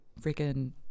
freaking